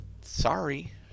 Sorry